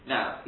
Now